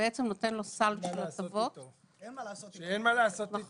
שבעצם נותן לו סל של הטבות --- שאין מה לעשות איתו.